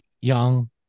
Young